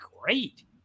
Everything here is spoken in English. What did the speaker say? Great